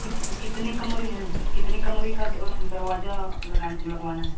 कित कितने कमरे हैं कितने कमरे का द दरवाज़ा लगान लगवाना है